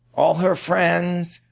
all her friends,